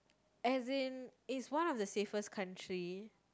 as in it's one of the safest country